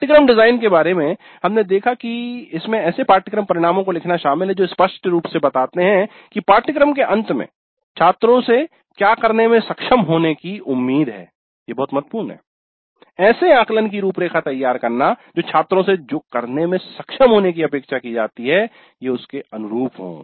पाठ्यक्रम डिजाइन के बारे मे हमने देखा कि इसमें ऐसे पाठ्यक्रम परिणामों को लिखना शामिल है जो स्पष्ट रूप से बताते हैं कि पाठ्यक्रम के अंत में छात्रों से क्या करने में सक्षम होने की उम्मीद है बहुत महत्वपूर्ण ऐसे आकलन की रूपरेखा तैयार करना जो छात्रों से जो करने में सक्षम होने की अपेक्षा की जाती है उसके अनुरूप हों